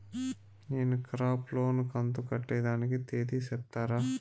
నేను crop loan కంతు కట్టేదానికి తేది సెప్తారా?